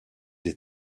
des